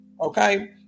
okay